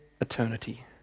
eternity